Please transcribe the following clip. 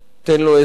תן לו עזרה,